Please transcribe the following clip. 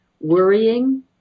worrying